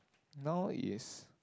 now is